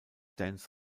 dance